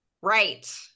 Right